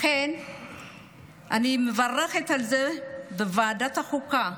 לכן אני מברכת על זה שבוועדת החוקה,